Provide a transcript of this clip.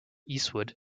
eastwood